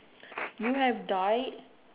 you have died